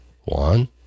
one